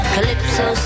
Calypso